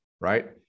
right